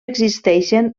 existeixen